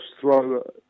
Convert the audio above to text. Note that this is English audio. throw